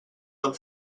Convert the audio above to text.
del